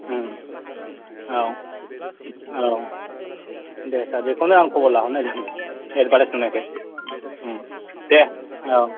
औ औ दे सार बेखौनो आं खबर लाहर नायदोंमोन एडभारटेस नुनायखाय दे औ